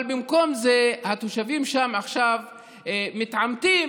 אבל במקום זה התושבים שם עכשיו מתעמתים